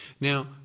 Now